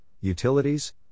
utilities